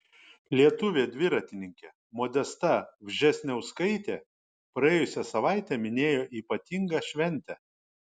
lietuvė dviratininkė modesta vžesniauskaitė praėjusią savaitę minėjo ypatingą šventę